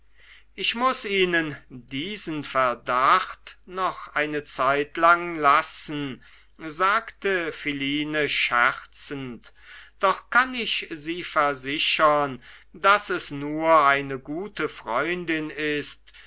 ich muß ihnen diesen verdacht noch eine zeitlang lassen sagte philine scherzend doch kann ich sie versichern daß es nur eine gute freundin ist